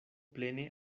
plene